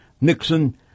Nixon